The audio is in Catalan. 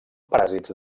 paràsits